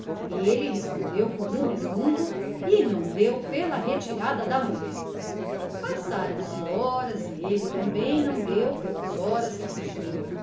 recolherem ele respondeu com um resmungo e não deu pela retirada da mulher passaram-se horas e ele também não deu pelas horas que fugiram